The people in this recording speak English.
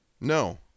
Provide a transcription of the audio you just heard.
No